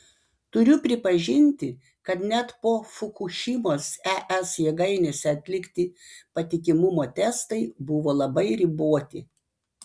turiu pripažinti kad net po fukušimos es jėgainėse atlikti patikimumo testai buvo labai riboti